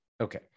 Okay